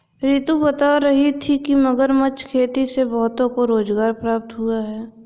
रितु बता रही थी कि मगरमच्छ खेती से बहुतों को रोजगार प्राप्त हुआ है